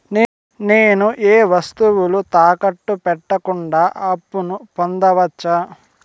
నేను ఏ వస్తువులు తాకట్టు పెట్టకుండా అప్పును పొందవచ్చా?